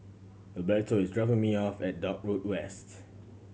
Gilberto is dropping me off at Dock Road West